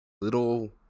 little